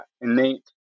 innate